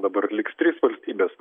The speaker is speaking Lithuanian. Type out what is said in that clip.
dabar liks trys valstybės